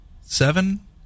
seven